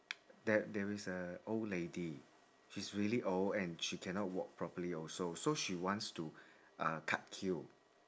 there there is a old lady she's really old and she cannot walk properly also so she wants to uh cut queue